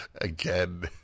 Again